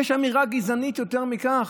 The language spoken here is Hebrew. יש אמירה גזענית יותר מכך?